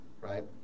right